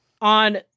On